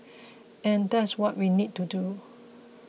and that's what we need to do